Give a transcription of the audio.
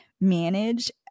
manage